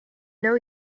know